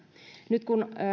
nyt kun